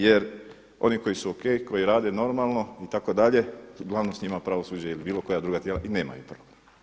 Jer oni koji su o.k. koji rade normalno itd. uglavnom s njima pravosuđe ili bilo koja druga tijela i nemaju problem.